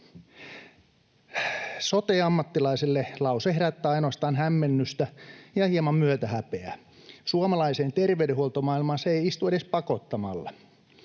Sote-ammattilaiselle lause herättää ainoastaan hämmennystä ja hieman myötähäpeää. Suomalaiseen terveydenhuoltomaailmaan se ei istu edes pakottamalla.